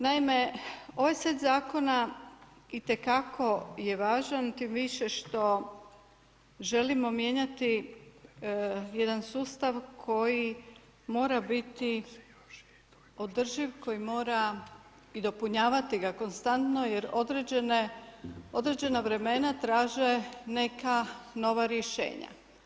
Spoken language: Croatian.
Naime, ovaj set zakona i te kako je važan tim više što želimo mijenjati jedan sustav koji mora biti održiv koji mora i dopunjavati ga konstantno jer određena vremena traže neka nova rješenja.